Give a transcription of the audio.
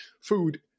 food